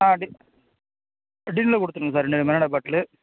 ஆ tin டின்னில் கொடுத்துருங்க sir ரெண்டு மிராண்டா பாட்லு